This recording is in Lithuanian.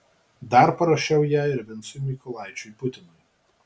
dar parašiau ją ir vincui mykolaičiui putinui